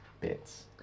bits